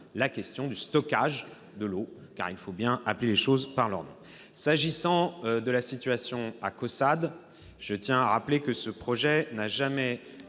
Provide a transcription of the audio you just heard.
la question du stockage de l'eau- il faut bien appeler les choses par leur nom. S'agissant de la situation à Caussade, je tiens à rappeler que les défenseurs